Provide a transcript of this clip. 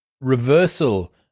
reversal